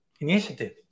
initiative